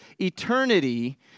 eternity